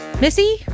Missy